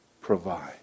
provide